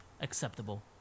acceptable